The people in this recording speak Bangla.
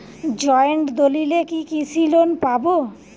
জয়েন্ট দলিলে কি কৃষি লোন পাব?